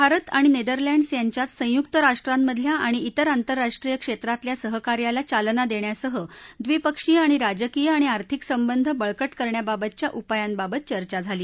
भारत आणि नेदरलँड्स यांच्यात संयुक राष्ट्रांमधल्या आणि तिर आंतरराष्ट्रीय क्षेत्रातल्या सहकार्याला चालना देण्यासह द्विपक्षीय राजकीय आणि आर्थिक संबंध बळकट करण्याबाबतच्या उपायांबाबत चर्चा झाली